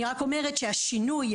אני רק אומרת שהשינוי,